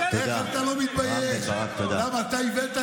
אתם אשמים בזה.